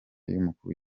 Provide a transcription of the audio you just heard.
y’umukuru